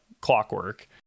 clockwork